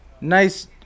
nice